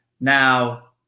now